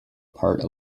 part